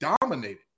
dominated